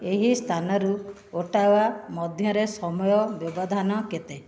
ଏହି ସ୍ଥାନରୁ ଅଟାୱା ମଧ୍ୟରେ ସମୟ ବ୍ୟବଧାନ କେତେ